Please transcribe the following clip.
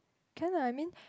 can lah I mean